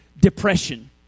depression